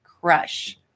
crush